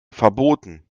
verboten